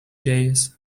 days